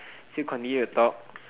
still continue to talk